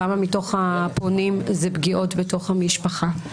כמה מתוך הפונים זה פגיעות בתוך המשפחה?